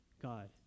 God